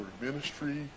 ministry